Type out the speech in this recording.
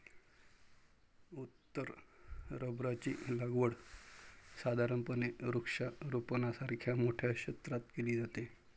उत्तर रबराची लागवड साधारणपणे वृक्षारोपणासारख्या मोठ्या क्षेत्रात केली जाते